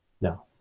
No